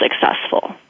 successful